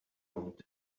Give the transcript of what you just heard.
long